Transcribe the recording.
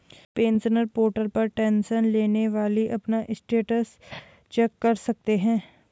pensioners portal पर tension लेने वाली अपना स्टेटस चेक कर सकते हैं